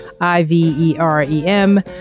I-V-E-R-E-M